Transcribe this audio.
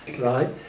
right